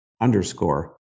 underscore